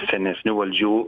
senesnių valdžių